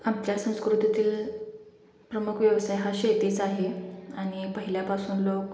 आपल्या संस्कृतीतील प्रमुख व्यवसाय हा शेतीच आहे आणि पहिल्यापासून लोक